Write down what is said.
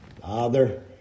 Father